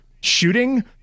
shooting